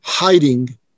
Hiding